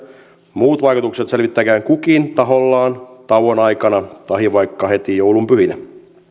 muut vaikutukset selvittäköön kukin tahollaan tauon aikana tahi vaikka heti joulunpyhinä